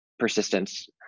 persistence